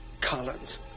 Collins